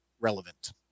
relevant